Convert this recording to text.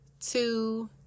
two